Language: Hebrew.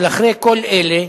אבל, אחרי כל אלה,